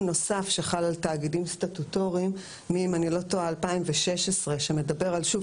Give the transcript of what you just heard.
נוסף שחל על תאגידים סטטוטוריים מ-2016 שמדבר אמנם